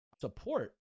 support